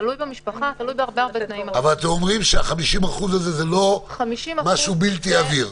אז אתם אומרים שה-50% הזה לא משהו בלתי עביר?